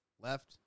Left